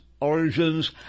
Origins